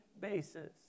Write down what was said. basis